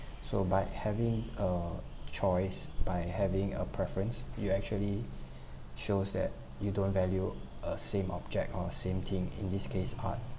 so by having a choice by having a preference you actually shows that you don't value a same object or same thing in this case art